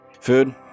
Food